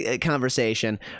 conversation